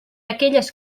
aquelles